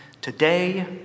today